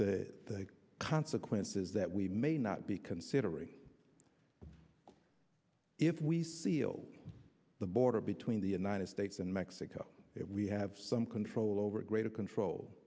address the consequences that we may not be considering if we seal the border between the united states and mexico that we have some control over greater control